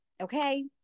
Okay